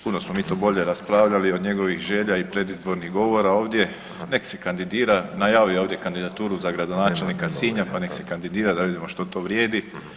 Puno smo mi to bolje raspravljali od njegovih želja i predizbornih govora ovdje, nek si kandidira, najavio je ovdje kandidaturu za gradonačelnika Sinja, pa nek se kandidira, pa da vidimo što to vrijedi.